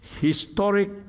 historic